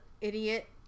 idiot